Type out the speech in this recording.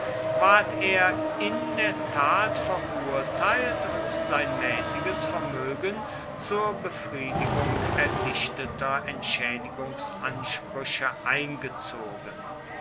ward er in der tat verurteilt und sein mäßiges vermögen zur befriedigung erdichteter entschädigungsansprüche eingezogen